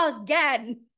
again